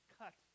cut